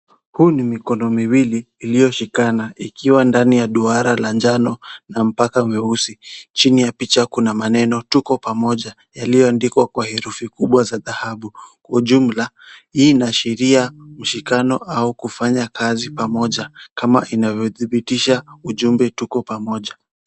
Hii ni mikono miwili iliyoshikana ikiwa ndani ya duara la njano na mpaka mweusi. Chini ya picha kuna maneno Tuko Pamoja yaliyoandikwa kwa herufi kubwa za dhahabu. Kwa ujumla, hii inaashiria ushikano au kufanya kazi pamoja kama inavyodhibitisha ujumbe tuko pamoja.